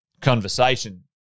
conversation